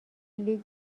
لیگ